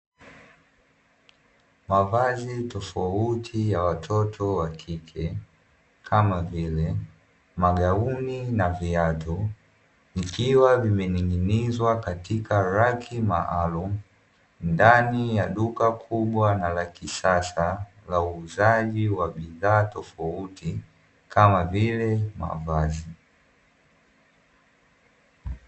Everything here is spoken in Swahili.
Mavazi tofauti ya watoto wakike, kama vile, magauni na viatu, vikiwa vimening'inizwa katika raki maalumu ndani ya duka kubwa na la kisasa la uuzaji wa bidhaa tofauti kama vile mavazi.